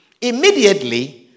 immediately